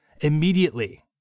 immediately